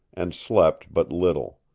and slept but little.